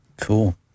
Cool